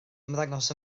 ymddangos